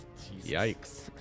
yikes